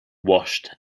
washed